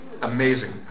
Amazing